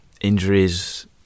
injuries